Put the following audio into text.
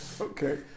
Okay